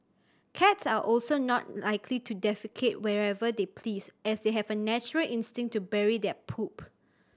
cats are also not likely to defecate wherever they please as they have a natural instinct to bury their poop